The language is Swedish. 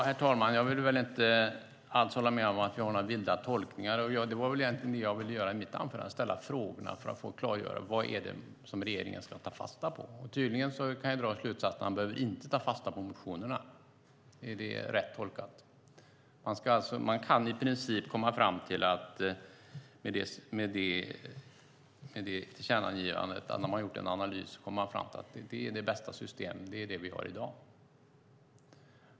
Herr talman! Jag håller inte med om att vi gör några vilda tolkningar. I mitt anförande ville jag ställa frågorna för att klargöra vad det är regeringen ska ta fasta på. Jag kan dra slutsatsen att man inte behöver ta fasta på motionerna. Är det rätt tolkat? Man kan i princip med det tillkännagivandet när man har gjort en analys komma fram till att det bästa systemet är det vi har i dag.